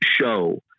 show